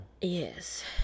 Yes